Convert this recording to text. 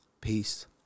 peace